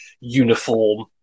uniform